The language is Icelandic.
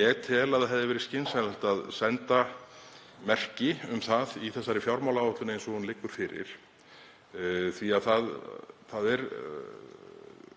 Ég tel að það hefði verið skynsamlegt að senda merki um það í þessari fjármálaáætlun eins og hún liggur fyrir því að við